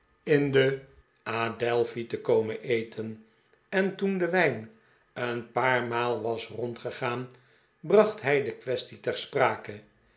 in de adelphi te komen eten en toen de wijn een paar maal was rondgegaan bracht hij de quaestie ter sprake